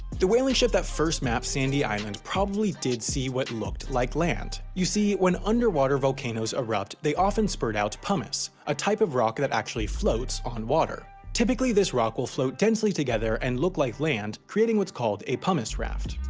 the whaling ship that first mapped sandy island probably did see what looked like land. you see, when underwater volcanoes erupt they often spurt out pumice a type of rock that actually floats on water. typically this rock will float densely together and look like land creating what's called a pumice raft.